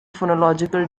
phonological